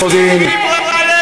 הוא גם, הוא לא דיבר עלינו.